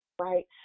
right